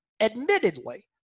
admittedly